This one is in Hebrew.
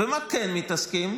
במה כן מתעסקים?